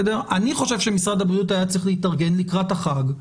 אני חושב שמשרד הבריאות היה צריך להתארגן לקראת החג,